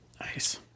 Nice